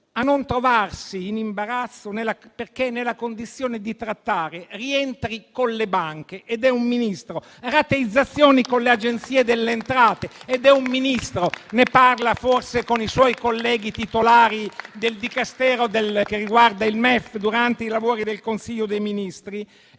a non trovarsi in imbarazzo perché è nella condizione di trattare rientri con le banche e rateizzazioni con l'Agenzia delle entrate ed è un Ministro? Ne parla forse con i suoi colleghi titolari del Ministero dell'economia e delle finanze durante i lavori del Consiglio dei ministri?